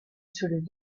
through